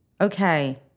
okay